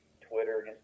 Twitter